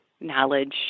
knowledge